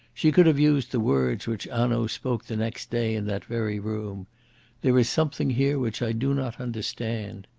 she could have used the words which hanaud spoke the next day in that very room there is something here which i do not understand.